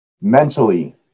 mentally